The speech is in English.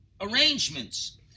arrangements